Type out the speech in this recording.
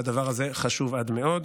והדבר הזה חשוב עד מאוד.